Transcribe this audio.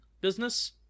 business